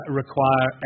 require